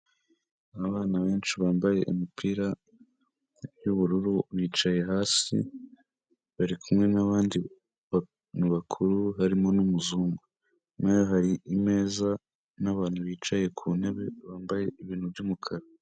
Abana benshi bambaye imipira y'ubururu bicaye hasi bari kumwe n'abandi bantu bakuru harimo n'umuzungu, inyuma yaho hari imeza n'abantu bicaye ku ntebe bambaye ibintu by'umukara.